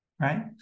right